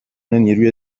نیروی